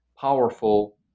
powerful